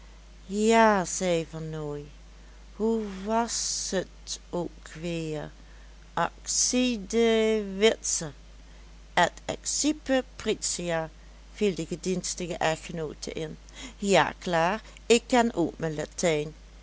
ja zei vernooy hoe was t ook weer acide witse et excipe pryzia viel de gedienstige echtgenoote in ja klaar ik ken ook